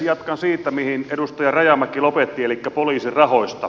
jatkan siitä mihin edustaja rajamäki lopetti elikkä poliisin rahoista